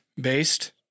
based